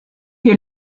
est